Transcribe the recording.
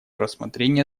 рассмотрение